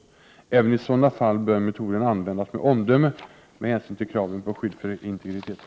Även i sådant fall bör metoden användas med omdöme, med hänsyn till kraven på skydd för integriteten.